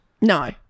No